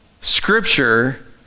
scripture